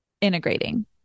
integrating